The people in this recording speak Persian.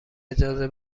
اجازه